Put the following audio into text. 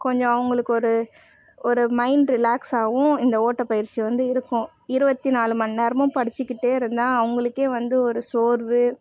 கொஞ்சம் அவங்களுக்கு ஒரு ஒரு மைண்ட் ரிலாக்ஸாகவும் இந்த ஓட்டப்பயிற்சி வந்து இருக்கும் இருபத்தி நாலு மணி நேரமும் படிச்சுக்கிட்டே இருந்தால் அவங்களுக்கே வந்து ஒரு சோர்வு